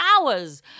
hours